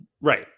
Right